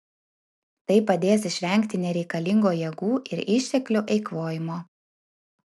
tai padės išvengti nereikalingo jėgų ir išteklių eikvojimo